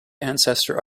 ancestor